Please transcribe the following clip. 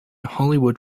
hollywood